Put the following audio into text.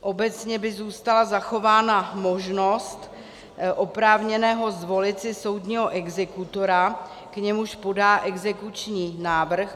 Obecně by zůstala zachována možnost oprávněného zvolit si soudního exekutora, k němuž podá exekuční návrh.